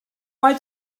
why